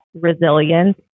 resilience